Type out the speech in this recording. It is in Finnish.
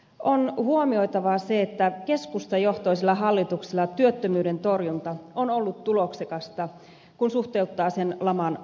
on huomioitavaa se että keskustajohtoisella hallituksella työttömyyden torjunta on ollut tuloksekasta kun suhteuttaa sen laman vakavuuteen